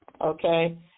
okay